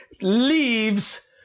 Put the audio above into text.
leaves